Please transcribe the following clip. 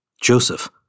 joseph